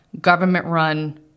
government-run